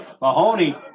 Mahoney